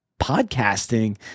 podcasting